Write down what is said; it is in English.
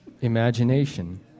Imagination